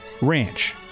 ranch